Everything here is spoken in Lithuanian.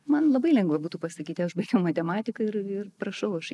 man labai lengva būtų pasakyti aš baigiau matematiką ir ir prašau aš